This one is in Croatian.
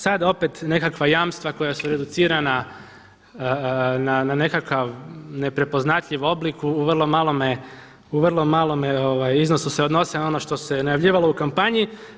Sad opet nekakva jamstva koja su reducirana na nekakav neprepoznatljiv oblik u vrlo malome iznosu se odnose na ono što se je najavljivalo u kampanji.